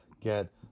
get